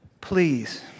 Please